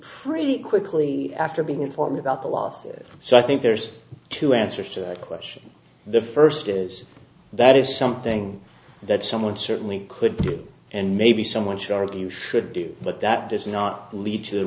pretty quickly after being informed about the lawsuit so i think there's two answers to that question the first is that it's something that someone certainly could do and maybe someone should argue should do but that does not lead to a